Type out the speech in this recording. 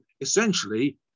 essentially